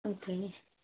okay